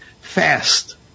fast